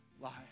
life